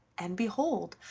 and behold,